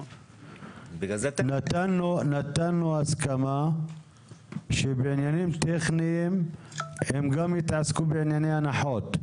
נתנו הסכמה שבעניינים טכניים הם גם יתעסקו בענייני הנחות.